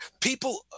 people